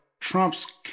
Trump's